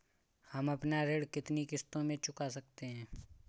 हम अपना ऋण कितनी किश्तों में चुका सकते हैं?